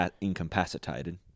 incapacitated